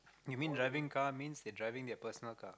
maybe driving car means they driving their personal car